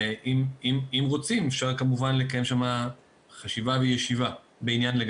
ואם רוצים אפשר כמובן לקיים שם חשיבה וישיבה בעניין.